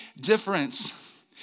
difference